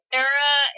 Sarah